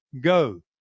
go